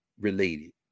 related